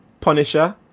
punisher